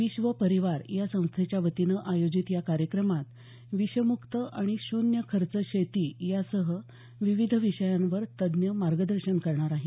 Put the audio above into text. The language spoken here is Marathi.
विश्व परिवार या संस्थेच्यावतीनं आयोजित या कार्यक्रमात विषमुक्त आणि शून्य खर्च शेती यासह विविध विषयांवर तज्ज्ञ मार्गदर्शन करणार आहेत